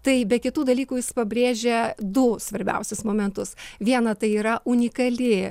tai be kitų dalykų jis pabrėžia du svarbiausius momentus vieną tai yra unikali